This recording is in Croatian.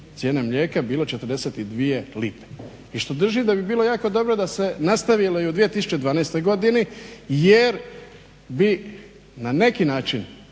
cijene mlijeka bilo 42 lipe i što držim da bi bilo jako dobro da se nastavilo i u 2012. godini jer bi na neki način